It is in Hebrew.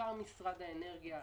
בעיקר משרד האנרגיה,